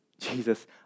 Jesus